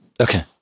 okay